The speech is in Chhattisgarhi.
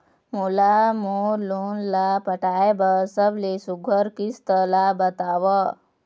मोला मोर लोन ला पटाए बर सबले सुघ्घर किस्त ला बताव?